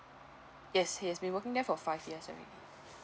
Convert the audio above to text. yes he has been working there for five years already